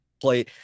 play